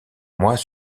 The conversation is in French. mois